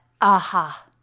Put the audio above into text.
aha